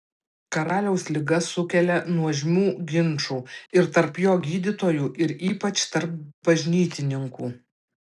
karaliaus liga sukelia nuožmių ginčų ir tarp jo gydytojų ir ypač tarp bažnytininkų